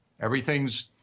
Everything's